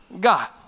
God